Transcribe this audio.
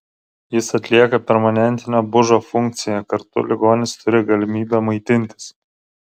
jis atlieka permanentinio bužo funkciją kartu ligonis turi galimybę maitintis